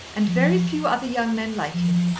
and very few other young men like him.